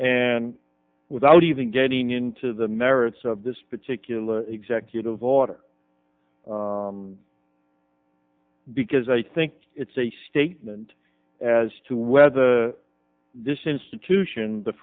and without even getting into the merits of this particular executive order because i think it's a statement as to whether this institution the